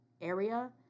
area